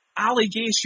Allegation